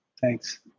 Thanks